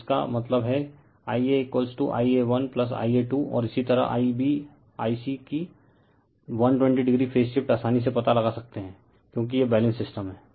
तो इसका मतलब है IaIa 1 Ia2 और इसी तरह IbIc कि 120 o फ़ेज़ शिफ्ट आसानी से पता लगा सकता है क्योंकि यह बैलेंस्ड सिस्टम है